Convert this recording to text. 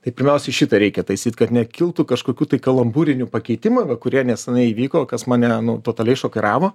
tai pirmiausiai šitą reikia taisyt kad nekiltų kažkokių tai kalamburinių pakeitimų va kurie nesenai įvyko kas mane nu totaliai šokiravo